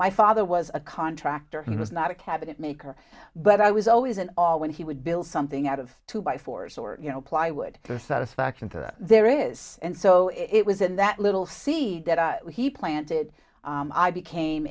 my father was a contractor he was not a cabinet maker but i was always an all when he would build something out of two by fours or you know plywood or satisfaction to that there is and so it was in that little seed that he planted i became